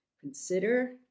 consider